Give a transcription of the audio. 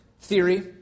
theory